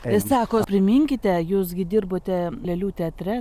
ir sako priminkite jūs gi dirbote lėlių teatre